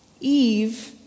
Eve